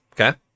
Okay